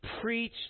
preach